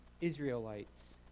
Israelites